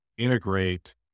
integrate